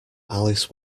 alice